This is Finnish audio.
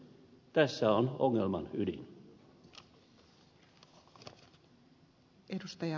tässä on ongelman ydin